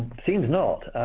seems not.